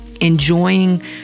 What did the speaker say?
enjoying